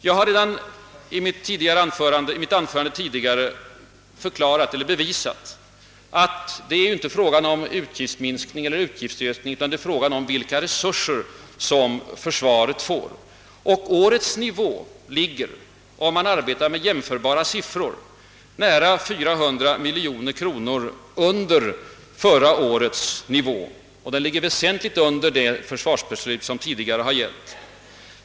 Jag har redan i mitt anförande bevisat att det väsentliga inte är om det är fråga om minskning eller ökning i pengar räknat utan om vilka resurser som försvaret får. Årets nivå ligger, om man arbetar med jämförbara siffror, nära 400 miljoner kronor under förra årets nivå och väsentligt under vad det tidigare försvarsbeslutet skulle ha inneburit.